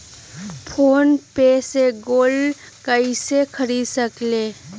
Phone पे से gold कईसे खरीद सकीले?